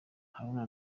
haruna